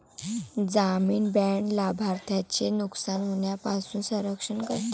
जामीन बाँड लाभार्थ्याचे नुकसान होण्यापासून संरक्षण करते